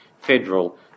federal